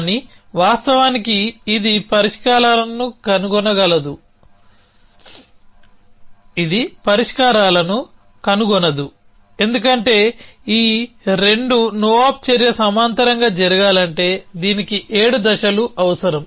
కానీ వాస్తవానికి ఇది పరిష్కారాలను కనుగొనదు ఎందుకంటే 2 no op చర్య సమాంతరంగా జరగాలంటే దీనికి ఏడు దశలు అవసరం